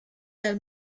dal